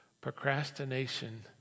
Procrastination